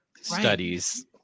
studies